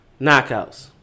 knockouts